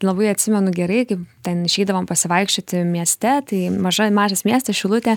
labai atsimenu gerai kaip ten išeidavom pasivaikščioti mieste tai maža mažas miestas šilutė